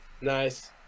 Nice